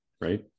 right